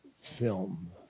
film